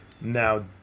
Now